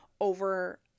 over